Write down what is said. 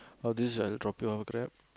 or this other topic or Grab